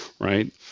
right